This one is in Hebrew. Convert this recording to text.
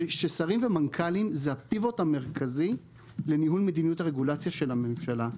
זה ששרים ומנכ"לים זה הציר המרכזי לניהול מדיניות הרגולציה של הממשלה.